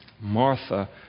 Martha